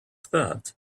that